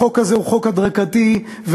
החוק הזה הוא חוק הדרגתי ונכון.